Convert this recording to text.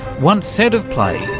once said of play,